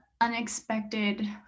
unexpected